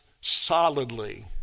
solidly